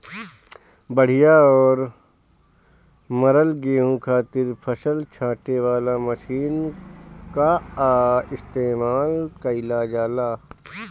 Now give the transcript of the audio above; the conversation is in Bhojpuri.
बढ़िया और मरल गेंहू खातिर फसल छांटे वाला मशीन कअ इस्तेमाल कइल जाला